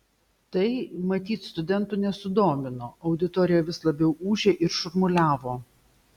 tai matyt studentų nesudomino auditorija vis labiau ūžė ir šurmuliavo